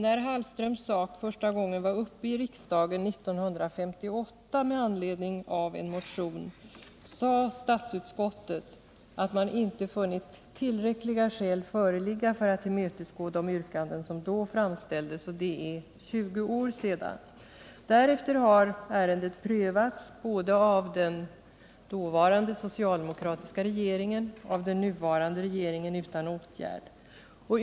När Hallströms sak första gången var uppe i riksdagen 1958 med anledning av en motion, sade statsutskottet att man inte funnit tillräckliga skäl föreligga för att tillmötesgå de yrkanden som då framställdes. Det är 20 år sedan. Därefter har ärendet prövats både av den dåvarande socialdemokratiska regeringen och av den nuvarande regeringen utan åtgärd.